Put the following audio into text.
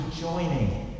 joining